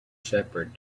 shepherd